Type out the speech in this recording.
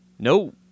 No